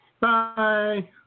Bye